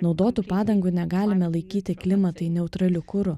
naudotų padangų negalime laikyti klimatui neutraliu kuru